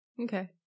Okay